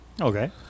Okay